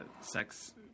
sex